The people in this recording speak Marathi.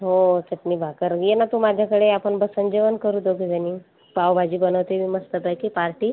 हो चटणी भाकर ये ना तू माझ्याकडे आपण बसून जेवण करू दोघीजणी पावभाजी बनवते मी मस्तपैकी पार्टी